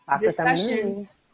discussions